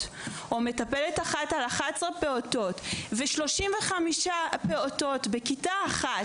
או מטפלת אחת על 11 פעוטות ו-35 פעוטות בכיתה אחת,